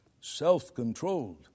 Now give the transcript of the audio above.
self-controlled